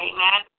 Amen